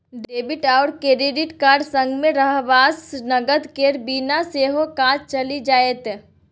debit आओर credit card संगमे रहबासँ नगद केर बिना सेहो काज चलि जाएत